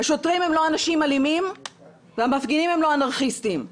התקשורת הם לא אנשים אלימים והמפגינים הם לא אנרכיסטים.